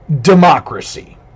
democracy